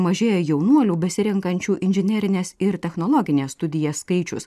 mažėja jaunuolių besirenkančių inžinerines ir technologines studijas skaičius